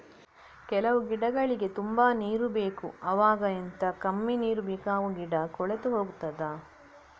ಕೆಲವು ಗಿಡಗಳಿಗೆ ತುಂಬಾ ನೀರು ಬೇಕು ಅವಾಗ ಎಂತ, ಕಮ್ಮಿ ನೀರು ಬೇಕಾಗುವ ಗಿಡ ಕೊಳೆತು ಹೋಗುತ್ತದಾ?